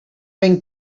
ben